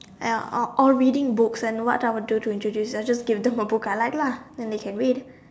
uh or or reading books and what I would do to introduce I just give them the book I like lah then they can read